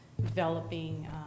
developing